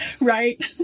Right